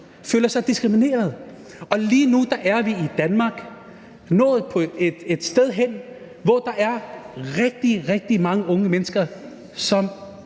fanget og diskrimineret. Og lige nu er vi i Danmark nået et sted hen, hvor der er rigtig, rigtig mange unge mennesker, som